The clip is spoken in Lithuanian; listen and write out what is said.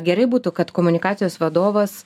gerai būtų kad komunikacijos vadovas